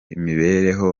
imibereho